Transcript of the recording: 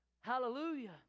Hallelujah